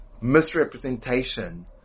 misrepresentation